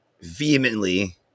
vehemently